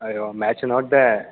ಅಯ್ಯೋ ಮ್ಯಾಚ್ ನೋಡಿದೆ